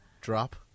drop